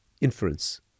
inference